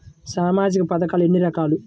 సామాజిక పథకాలు ఎన్ని రకాలు?